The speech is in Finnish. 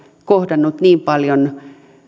kohdannut niin paljon